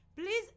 Please